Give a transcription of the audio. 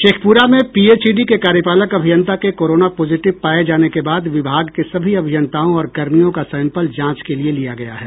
शेखपुरा में पीएचईडी के कार्यपालक अभियंता के कोरोना पॉजिटिव पाये जाने के बाद विभाग के सभी अभियंताओं और कर्मियों का सैंपल जांच के लिये लिया गया है